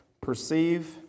Perceive